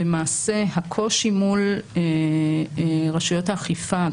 למעשה הקושי מול רשויות האכיפה,